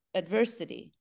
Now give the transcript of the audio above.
adversity